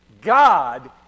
God